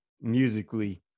musically